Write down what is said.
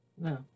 No